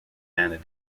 demanded